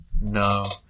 No